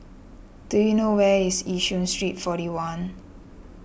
do you know where is Yishun Street forty one